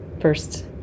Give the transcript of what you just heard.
first